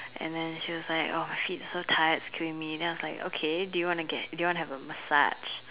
and then she was like !oh-shit! so tired it's killing me so I was like okay do you want to get have a massage